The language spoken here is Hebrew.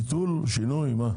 ביטול, שינוי, מה?